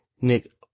Nick